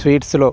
స్వీట్స్లో